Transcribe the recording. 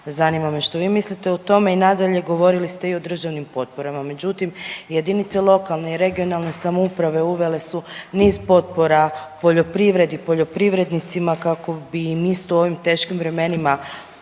Zanima me što vi mislite o tome? I nadalje, govorili ste i o državnim potporama, međutim jedinice lokalne i regionalne samouprave uvele su niz potpora poljoprivredi, poljoprivrednicima kako bi im isto u ovim teškim vremenima